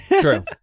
True